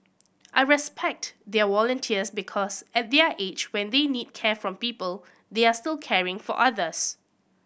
I respect their volunteers because at their age when they need care from people they are still caring for others